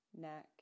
neck